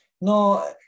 No